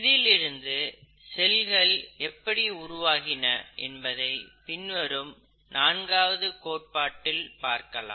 இதிலிருந்து செல்கள் எப்படி உருவாகின என்பதை பின்வரும் நான்காவது கோட்பாட்டில் பார்க்கலாம்